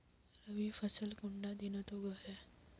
रवि फसल कुंडा दिनोत उगैहे?